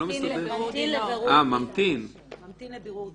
"ממתין לבירור דין".